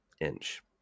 inch